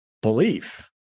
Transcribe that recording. belief